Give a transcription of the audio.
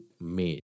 made